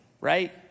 right